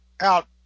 out